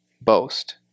boast